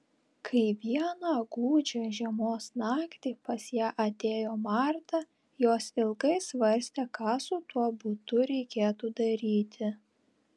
kai vieną gūdžią žiemos naktį pas ją atėjo marta jos ilgai svarstė ką su tuo butu reikėtų daryti